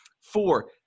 Four